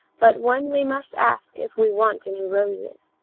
but one we must ask if we want any roses